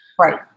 Right